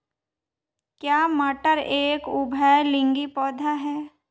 क्या मटर एक उभयलिंगी पौधा है?